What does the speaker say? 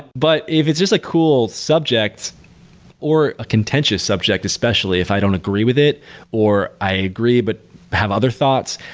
but if it's just a cool subjects or a contentious subject, especially if i don't agree with it or i agree, but have other thoughts.